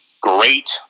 great